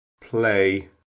Play